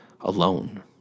alone